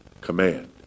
command